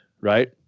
right